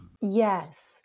Yes